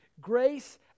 Grace